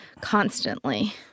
Constantly